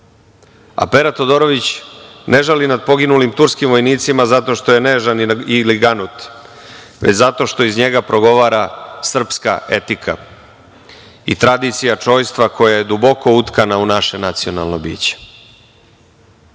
Pera Todorović ne žali nad poginulim turskim vojnicima zato što je nežan ili ganut već zato što iz njega progovara srpska etika i tradicija čojstva koja je duboko utkana u naše nacionalno